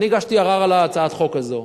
אני הגשתי ערר על הצעת החוק הזאת.